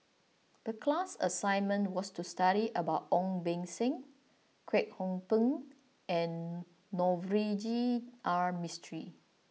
the class assignment was to study about Ong Beng Seng Kwek Hong Png and Navroji R Mistri